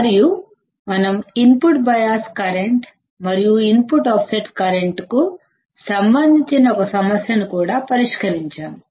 మరియు మనం input bias కరెంట్మరియు ఇన్పుట్ ఆఫ్ సెట్ కరెంట్ కి సంబంధించిన ఒక సమస్యను కూడా పరిష్కరించాము